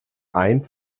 ein